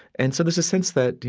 and so there's a sense that,